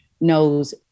knows